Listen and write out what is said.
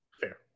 fair